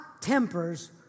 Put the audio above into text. tempers